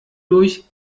durch